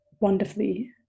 wonderfully